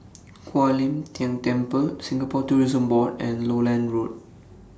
Kuan Im Tng Temple Singapore Tourism Board and Lowland Road